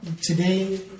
today